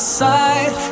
side